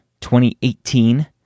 2018